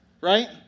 right